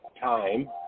Time